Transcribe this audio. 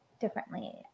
differently